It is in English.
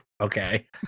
Okay